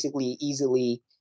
easily